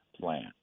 plan